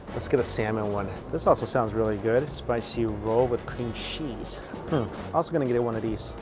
let's get a salmon one this also sounds really good, spicy roll with cream cheese. hmm also gonna get it one of these.